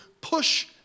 push